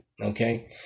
okay